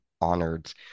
honored